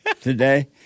today